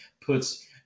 puts